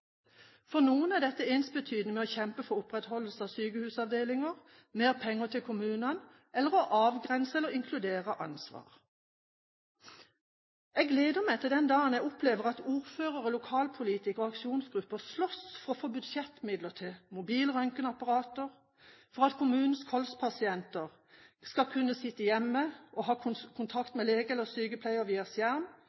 For noen er dette ensbetydende med å kjempe for opprettholdelse av sykehusavdelinger, mer penger til kommunene eller å avgrense eller å inkludere ansvar. Jeg gleder meg til den dagen jeg opplever at ordførere, lokalpolitikere og aksjonsgrupper slåss for å få budsjettmidler til mobile røntgenapparater, for at kommunens KOLS-pasienter skal kunne sitte hjemme og ha kontakt